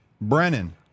brennan